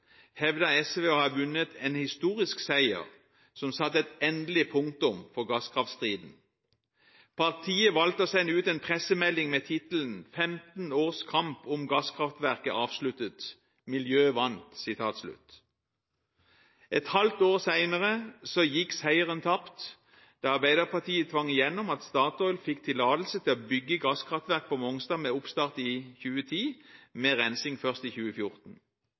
hevdet SV å ha vunnet en historisk seier, som satte et endelig punktum for gasskraftstriden. Partiet valgte å sende ut en pressemelding med tittelen «15 års kamp om gasskraftverk er avsluttet. Miljøet vant!». Et halvt år senere gikk seieren tapt da Arbeiderpartiet tvang igjennom at Statoil fikk tillatelse til å bygge gasskraftverk på Mongstad med oppstart i 2010, med rensing først i 2014.